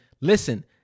listen